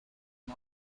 can